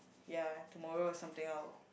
ya tomorrow is something I'll